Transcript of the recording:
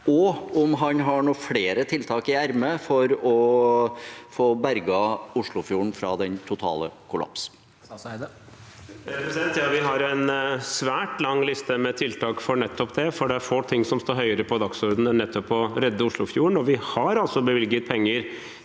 og om han har noen flere tiltak i ermet for å få berget Oslofjorden fra den totale kollaps. Statsråd Espen Barth Eide Vi har en svært lang liste med tiltak for nettopp det, for det er få ting som står høyere på dagsordenen enn nettopp å redde Oslofjorden. Vi har bevilget penger